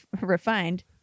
refined